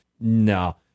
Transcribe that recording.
no